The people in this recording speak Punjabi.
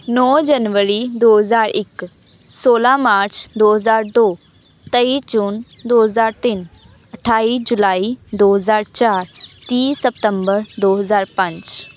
ਨੌ ਜਨਵਰੀ ਦੋ ਹਜ਼ਾਰ ਇੱਕ ਸੌਲਾਂ ਮਾਰਚ ਦੋ ਹਜ਼ਾਰ ਦੋ ਤੇਈ ਜੂਨ ਦੋ ਹਜ਼ਾਰ ਤਿੰਨ ਅਠਾਈ ਜੁਲਾਈ ਦੋ ਹਜ਼ਾਰ ਚਾਰ ਤੀਹ ਸਤੰਬਰ ਦੋ ਹਜ਼ਾਰ ਪੰਜ